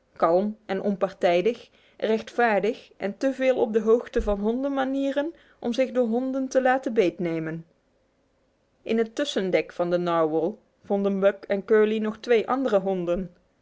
kalm en onpartijdig rechtvaardig en te veel op de hoogte van hondenmanieren om zich door honden te laten beetnemen in het tussendek van de narwhal vonden buck en curly nog twee andere honden